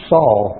Saul